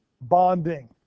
bonding